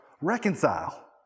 reconcile